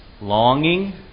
longing